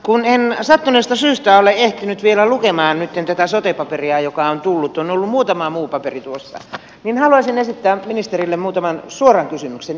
kun en sattuneesta syystä ole ehtinyt vielä lukemaan nytten tätä sote paperia joka on tullut on ollut muutama muu paperi tuossa niin haluaisin esittää ministerille muutaman suoran kysymyksen